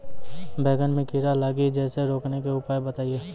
बैंगन मे कीड़ा लागि जैसे रोकने के उपाय बताइए?